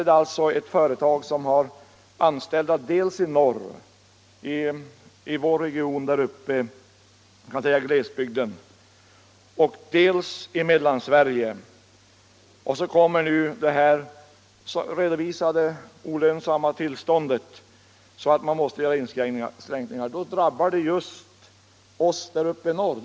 Det gäller här ett företag som har anställda dels i vår region där uppe i glesbygden i norr, dels i Mellansverige. När så verksamheten blir olönsam och man måste göra inskränkningar, drabbar det oss där uppe i norr.